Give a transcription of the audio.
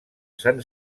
sant